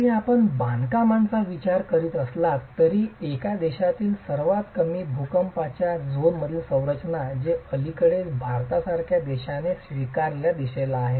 जरी आपण बांधकामाचा विचार करीत असलात तरी एका देशातील सर्वात कमी भूकंपाच्या झोनमधील संरचना जे अलीकडेच भारतासारख्या देशाने स्वीकारलेल्या दिशेला आहे